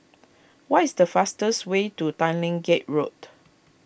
what is the fastest way to Tanglin Gate Road